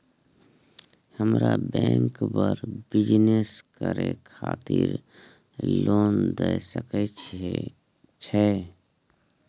हमरा बैंक बर बिजनेस करे खातिर लोन दय सके छै?